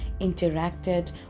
interacted